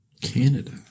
Canada